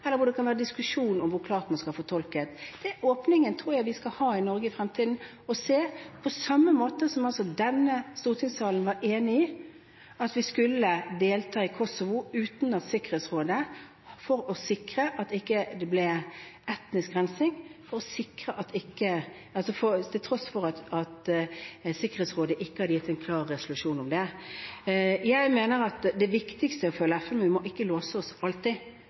det kan være diskusjon om hvor klart man skal fortolke folkeretten. Jeg tror vi i Norge i fremtiden skal ha en slik åpning, på samme måte som da man i denne stortingssalen var enige om at vi skulle delta i Kosovo for å sikre at det ikke ble etnisk rensing, til tross for at Sikkerhetsrådet ikke hadde gitt en klar resolusjon om det. Jeg mener at det viktigste er å følge FN, men at vi ikke alltid må låse oss.